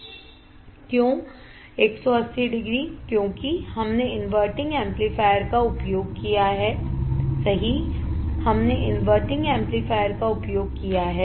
क्यों 180 डिग्री क्योंकि हमने इनवर्टिंग एम्पलीफायर का उपयोग किया है सहीहमने इनवर्टिंग एम्पलीफायर का उपयोग किया है